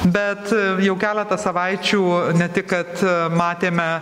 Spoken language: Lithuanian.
bet jau keletą savaičių ne tik kad matėme